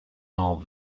all